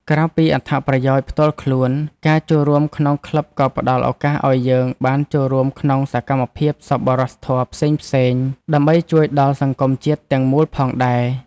ក្រៅពីអត្ថប្រយោជន៍ផ្ទាល់ខ្លួន ការចូលរួមក្នុងក្លឹបក៏ផ្តល់ឱកាសឱ្យយើងបានចូលរួមក្នុងសកម្មភាពសប្បុរសធម៌ផ្សេងៗ ដើម្បីជួយដល់សង្គមជាតិទាំងមូលផងដែរ។